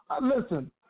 listen